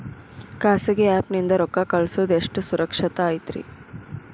ಖಾಸಗಿ ಆ್ಯಪ್ ನಿಂದ ರೊಕ್ಕ ಕಳ್ಸೋದು ಎಷ್ಟ ಸುರಕ್ಷತಾ ಐತ್ರಿ?